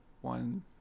one